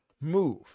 move